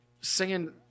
singing